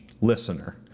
listener